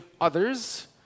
others